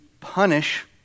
punish